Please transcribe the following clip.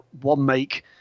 one-make